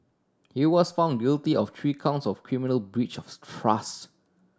he was found guilty of three counts of criminal breach of trust